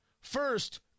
First